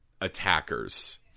attackers